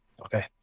Okay